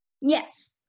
Yes